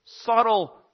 subtle